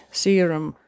serum